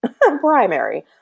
primary